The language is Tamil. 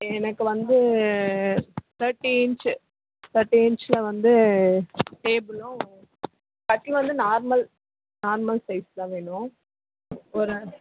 எனக்கு வந்து தேர்ட்டி இன்ச் தேர்ட்டி இன்ச்சில் வந்து டேபிளும் கட்டிலு வந்து நார்மல் நார்மல் சைஸ் தான் வேணும் ஒரு